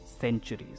centuries